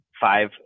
five